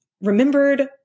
remembered